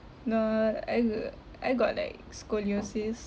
no I go~ I got like scoliosis